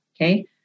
okay